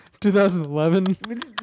2011